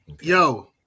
Yo